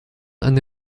eine